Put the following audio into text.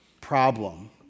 problem